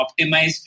optimized